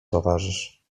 towarzysz